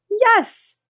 Yes